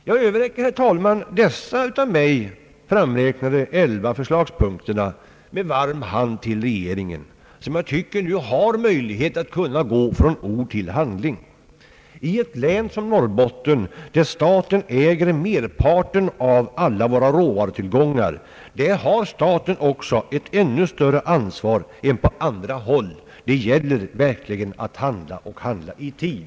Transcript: Jag överräcker, herr talman, dessa av mig framräknade 11 förslagspunkter med varm hand till regeringen, som jag nu anser har möjlighet att gå från ord till handling. I ett län som Norrbotten, där staten äger merparten av alla våra rå varutillgångar, har staten också ett ännu större ansvar än på andra håll. Det gäller verkligen att handla och handla i tid.